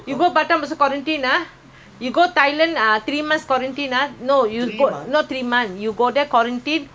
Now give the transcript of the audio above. no you go not three months you go there quarantine overall you must stay three months then come back the rules is like that